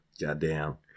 Goddamn